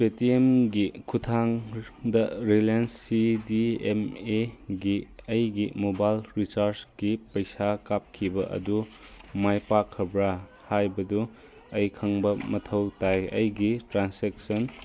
ꯄꯦ T ꯑꯦꯝꯒꯤ ꯈꯨꯠꯊꯥꯡꯗ Reliance C D M ꯑꯦꯒꯤ ꯑꯩꯒꯤ ꯃꯣꯕꯥꯏꯜ ꯔꯤꯆꯥꯔꯁꯀꯤ ꯄꯩꯁꯥ ꯀꯥꯞꯈꯤꯕ ꯑꯗꯨ ꯃꯥꯏ ꯄꯥꯛꯈ꯭ꯔꯕ꯭ꯔꯥ ꯍꯥꯏꯕꯗꯨ ꯑꯩ ꯈꯪꯕ ꯃꯊꯧ ꯇꯥꯏ ꯑꯩꯒꯤ ꯇ꯭ꯔꯥꯟꯁꯦꯛꯁꯟ